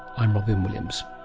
i'm robyn williams.